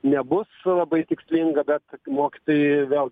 nebus labai tikslinga bet mokytojai vėl